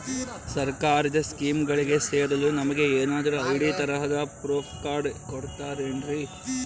ಸರ್ಕಾರದ ಸ್ಕೀಮ್ಗಳಿಗೆ ಸೇರಲು ನಮಗೆ ಏನಾದ್ರು ಐ.ಡಿ ತರಹದ ಪ್ರೂಫ್ ಕಾರ್ಡ್ ಕೊಡುತ್ತಾರೆನ್ರಿ?